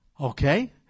Okay